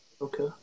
Okay